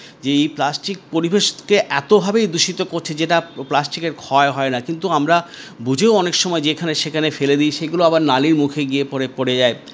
যে এই প্লাস্টিক পরিবেশকে এতভাবেই দূষিত করছে যেটা প্লাস্টিকের ক্ষয় হয় না কিন্তু আমরা বুঝেও অনেক সময় যেখানে সেখানে ফেলে দি সেগুলো আবার নালীর মুখে গিয়ে পরে পড়ে যায়